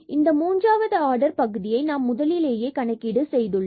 இந்த மூன்றாவது ஆர்டர் பகுதியை நாம் முதலிலேயே கணக்கீடு செய்துள்ளோம்